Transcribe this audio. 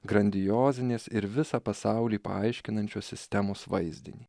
grandiozinis ir visą pasaulį paaiškinančios sistemos vaizdinį